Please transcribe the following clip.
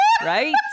Right